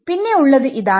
പിന്നെ ഉള്ളത് ഇതാണ്